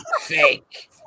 fake